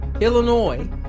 Illinois